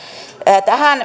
tähän